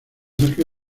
cerca